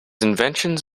inventions